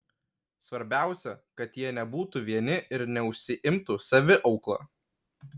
svarbiausia kad jie nebūtų vieni ir neužsiimtų saviaukla